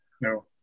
No